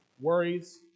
worries